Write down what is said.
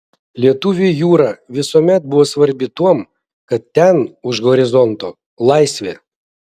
lietuviui jūra visuomet buvo svarbi tuom kad ten už horizonto laisvė